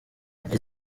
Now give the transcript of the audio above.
ati